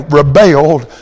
rebelled